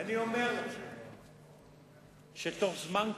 אני אומר שבתוך זמן קצר,